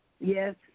Yes